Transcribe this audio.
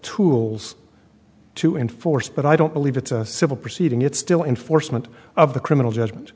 tools to enforce but i don't believe it's a civil proceeding it's still enforcement of the criminal judgment